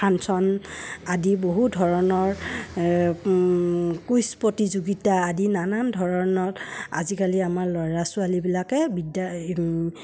function আদি বহু ধৰণৰ কুইজ প্ৰতিযোগিতা আদি নানান ধৰণৰ আজিকালি আমাৰ ল'ৰা ছোৱালীবিলাকে বিদ্যা